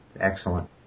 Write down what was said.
Excellent